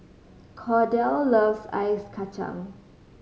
Kordell loves Ice Kachang